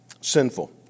sinful